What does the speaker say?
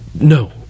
No